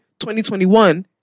2021